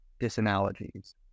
disanalogies